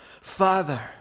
Father